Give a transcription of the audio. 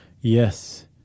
Yes